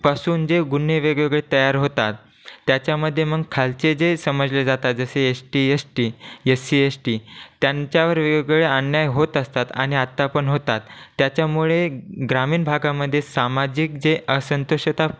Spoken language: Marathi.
पासून जे गुन्हे वेगवेगळे तयार होतात त्याच्यामध्ये मग खालचे जे समजले जातात जसे S T S T S C S T त्यांच्यावर वेगवेगळे अन्याय होत असतात आणि आता पण होतात त्याच्यामुळे ग्रामीण भागामध्ये सामाजिक जे असंतोषता